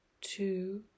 two